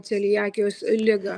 celiakijos ligą